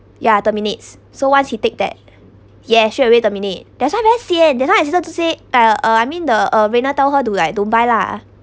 ya terminates so once he take that yeah straight away terminate that's why very sian that's why I said uh I mean the uh venna tell her to like don't buy lah